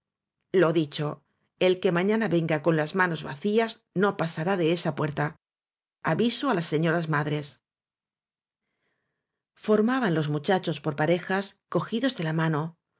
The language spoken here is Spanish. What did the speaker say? lo dicho el que mañana venga con las manos vacías no pasará de esa puerta aviso á las se ñoras madres formaban los muchachos por parejas cogi dos de la mano